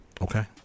Okay